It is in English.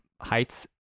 heights